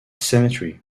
cemetery